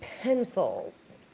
pencils